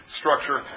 structure